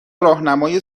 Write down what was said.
راهنمای